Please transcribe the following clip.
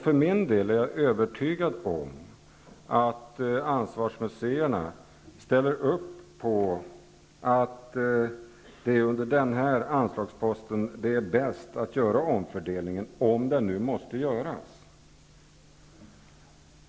För min del är jag övertygad om att ansvarsmuseerna ställer upp på att det är under denna anslagspost det är bäst att göra omfördelningen om den nu måste göras.